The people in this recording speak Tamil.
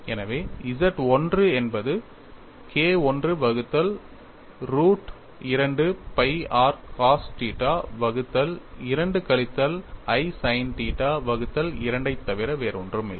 எனவே Z 1 என்பது K I வகுத்தல் ரூட் 2 pi r cos θ வகுத்தல் 2 கழித்தல் i sin θ வகுத்தல் 2 ஐத் தவிர வேறொன்றுமில்லை